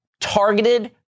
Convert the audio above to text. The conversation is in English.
targeted